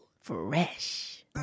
Fresh